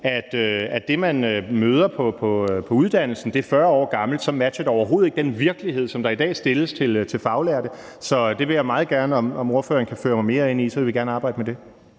at det, man møder på uddannelsen, er 40 år gammelt, så matcher det overhovedet ikke den virkelighed, som der i dag er for faglærte. Så det vil jeg meget gerne at ordføreren kan føre mig mere ind i, og så vil vi gerne arbejde med det.